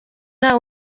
nta